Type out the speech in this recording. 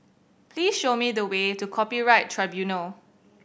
please show me the way to Copyright Tribunal